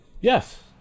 Yes